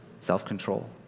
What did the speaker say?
self-control